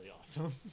awesome